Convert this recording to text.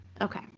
Okay